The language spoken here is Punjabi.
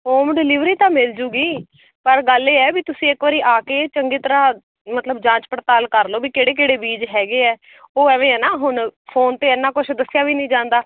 ਹੋਮ ਡਿਲੀਵਰੀ ਤਾਂ ਮਿਲ ਜੂਗੀ ਪਰ ਗੱਲ ਇਹ ਹੈ ਵੀ ਤੁਸੀਂ ਇੱਕ ਵਾਰ ਆ ਕੇ ਚੰਗੀ ਤਰ੍ਹਾਂ ਮਤਲਬ ਜਾਂਚ ਪੜਤਾਲ ਕਰ ਲਓ ਵੀ ਕਿਹੜੇ ਕਿਹੜੇ ਬੀਜ ਹੈਗੇ ਆ ਉਹ ਐਵੇਂ ਹੈ ਨਾ ਹੁਣ ਫੋਨ ਤੇ ਇਨਾ ਕੁਝ ਦੱਸਿਆ ਵੀ ਨਹੀਂ ਜਾਂਦਾ